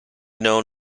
known